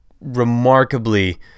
remarkably